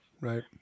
right